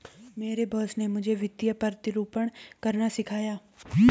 मेरे बॉस ने मुझे वित्तीय प्रतिरूपण करना सिखाया